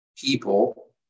people